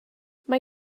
mae